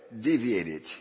deviated